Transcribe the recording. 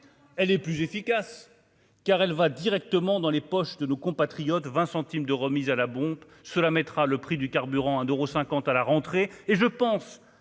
elle est plus efficace, car elle va directement dans les poches de nos compatriotes 20 centimes de remise à la bombe, cela mettra le prix du carburant a d'euros 50 à la rentrée et je pense